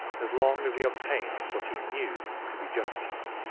as long as he obtained what he knew to be justice.